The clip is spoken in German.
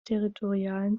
territorialen